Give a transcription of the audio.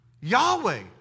Yahweh